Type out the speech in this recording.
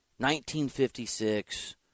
1956